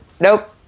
nope